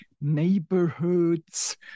neighborhoods